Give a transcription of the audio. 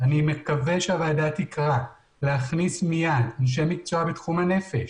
אני מקווה שהוועדה תקרא להכניס מיד אנשי מקצוע בתחום הנפש,